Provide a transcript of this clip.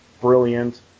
brilliant